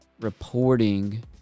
reporting